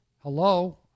Hello